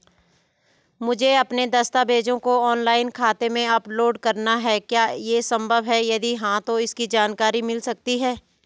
मुझे अपने दस्तावेज़ों को ऑनलाइन खाते में अपलोड करना है क्या ये संभव है यदि हाँ तो इसकी जानकारी मिल सकती है?